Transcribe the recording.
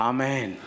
Amen